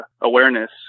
awareness